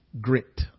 grit